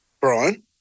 Brian